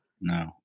No